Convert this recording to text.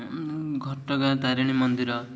ଘଟଗାଁ ତାରିଣୀ ମନ୍ଦିର